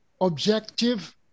objective